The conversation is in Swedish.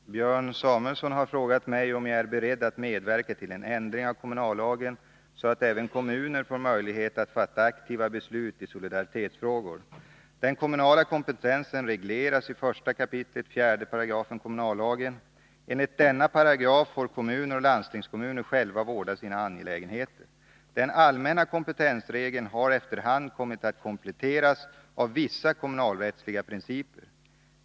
Herr talman! Björn Samuelson har frågat mig om jag är beredd att medverka till en ändring i kommunallagen så att även kommuner får möjlighet att fatta aktiva beslut i solidaritetsfrågor. och landstingskommuner själva vårda sina angelägenheter. Den allmänna kompetensregeln har efter hand kommit att kompletteras av vissa kommunalrättsliga principer.